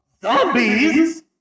zombies